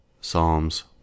Psalms